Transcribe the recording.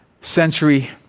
century